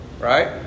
Right